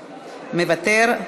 מוותר.